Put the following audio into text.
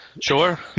Sure